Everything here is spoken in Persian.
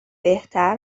بهتر